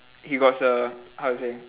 he was a how to say